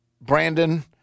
Brandon